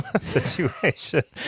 situation